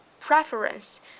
preference